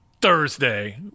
Thursday